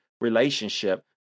relationship